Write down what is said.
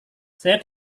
saya